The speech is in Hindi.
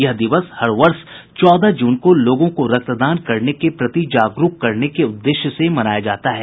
यह दिवस हर वर्ष चौदह जून को लोगों को रक्तदान करने के प्रति जागरूक करने के उद्देश्य से मनाया जाता है